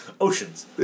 Oceans